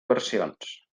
versions